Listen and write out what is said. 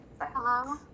Hello